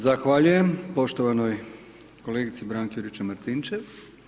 Zahvaljujem poštovanoj kolegici Branki Juričev Martinčev.